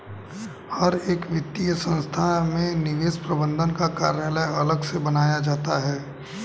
हर एक वित्तीय संस्था में निवेश प्रबन्धन का कार्यालय अलग से बनाया जाता है